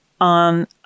on